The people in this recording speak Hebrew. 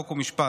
חוק ומשפט,